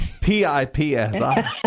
p-i-p-s-i